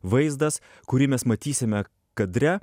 vaizdas kurį mes matysime kadre